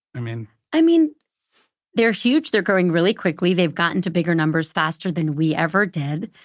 i mean i mean they're huge. they're growing really quickly. they've gotten to bigger numbers faster than we ever did.